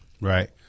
Right